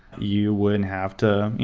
you wouldn't have to